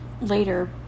later